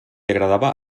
agradava